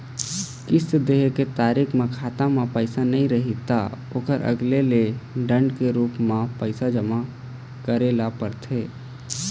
किस्त दे के तारीख म खाता म पइसा नइ रही त ओखर अलगे ले दंड के रूप म पइसा जमा करे ल परथे